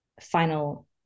final